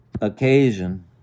occasion